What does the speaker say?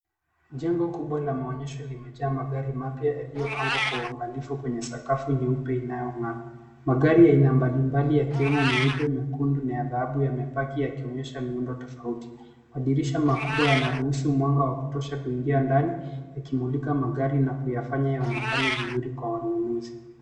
Jengo kubwa la maonyesho limejaa magari mapya yaliyopangwa kwa uangalifu kwenye sakafu nyeupe inayong'aa. Magari ya aina mbalimbali yakiwemo meupe, mekundu na ya dhahabu yamepaki yakionyesha miundo tofauti. Madirisha makubwa yanaruhusu mwanga wa kutosha kuingia ndani yakimulika magari na kuyafanya yaonekane vizuri kwa wanunuzi.